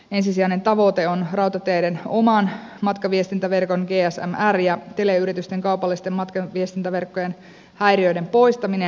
ensisijainen tavoite on rautateiden oman matkaviestintäverkon gsm rn ja teleyritysten kaupallisten matkaviestintäverkkojen häiriöiden poistaminen